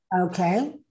Okay